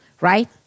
right